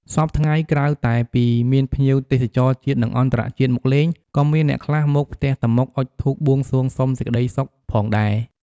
សព្វថ្ងៃ ក្រៅតែពីមានភ្ញៀវទេសចរជាតិ និង អន្តរជាតិមកលេង ក៏មានអ្នកខ្លះមកផ្ទះតាម៉ុកអុជធូបបួងសួងសុំសេចក្ដីសុខផងដែរ។